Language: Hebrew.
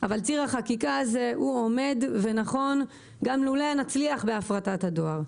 אבל ציר החקיקה הזה עומד ונכון גם אם לא נצליח בהפרטת הדואר.